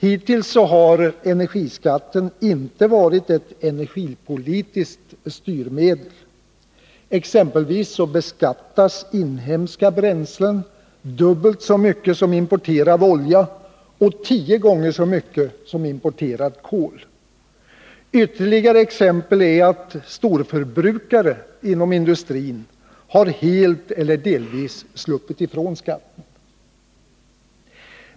Hittills har energiskatten inte varit ett energipolitiskt styrmedel. Exempelvis beskattas inhemska bränslen dubbelt så mycket som importerad olja och tio gånger så mycket som importerat kol. Ytterligare exempel är att storförbrukare inom industrin har helt eller delvis sluppit ifrån skatten.